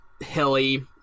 Hilly